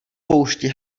poušti